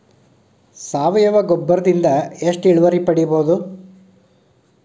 ಸಾವಯವ ಗೊಬ್ಬರದಿಂದ ಎಷ್ಟ ಇಳುವರಿ ಪಡಿಬಹುದ?